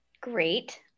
Great